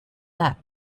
lap